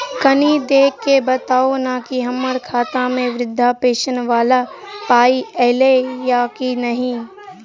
कनि देख कऽ बताऊ न की हम्मर खाता मे वृद्धा पेंशन वला पाई ऐलई आ की नहि?